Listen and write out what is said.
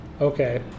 Okay